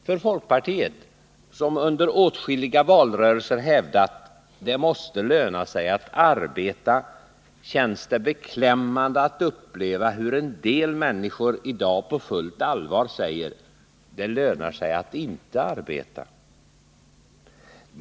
För folkpartiet, som under åtskilliga valrörelser hävdat att det måste löna sig att arbeta, känns det beklämmande att behöva uppleva att en del människor i dag på fullt allvar säger: Det lönar sig att inte arbeta.